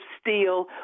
steel